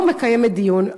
לא מקיימת דיון.